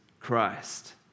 Christ